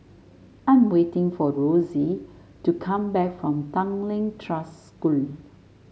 I am waiting for Rossie to come back from Tanglin Trust School